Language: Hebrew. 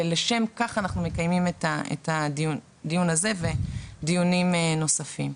ולשם כך אנחנו מקיימים את הדיון הזה ודיונים נוספים.